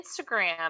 Instagram